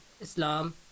Islam